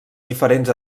diferents